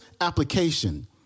application